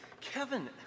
Kevin